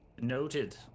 Noted